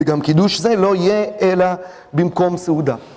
וגם קידוש זה לא יהיה אלא במקום סעודה.